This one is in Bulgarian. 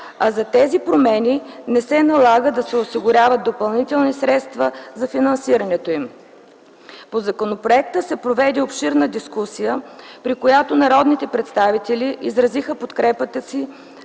и за тези промени не се налага да се осигуряват допълнителни средства за финансирането им. По законопроекта се проведе обширна дискусия, при която народните представители изразиха подкрепата си